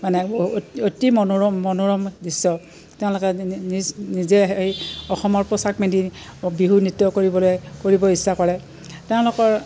মানে অ অতি মনোৰম মনোৰম দৃশ্য তেওঁলোকে নি নিজ নিজে সেই অসমৰ পোচাক পিন্ধি বিহু নৃত্য কৰিবলৈ কৰিব ইচ্ছা কৰে তেওঁলোকৰ